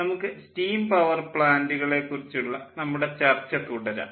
നമുക്ക് steam power പ്ലാൻ്റുകളെ കുറിച്ചുള്ള നമ്മുടെ ചർച്ച തുടരാം